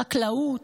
חקלאות,